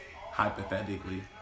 hypothetically